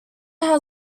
had